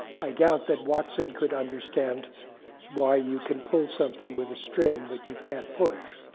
i doubt that watson could understand why you can pull something with a string, but you can't push.